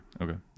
Okay